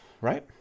right